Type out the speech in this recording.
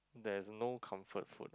there's no comfort food ah